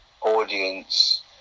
audience